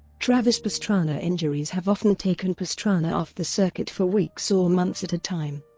travis pastrana injuries have often taken pastrana off the circuit for weeks or months at a time.